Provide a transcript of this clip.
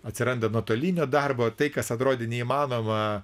atsiranda nuotolinio darbo tai kas atrodė neįmanoma